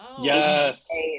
Yes